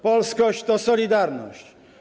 Polskość to solidarność.